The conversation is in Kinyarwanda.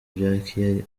bya